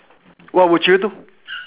what would you do